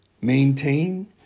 Maintain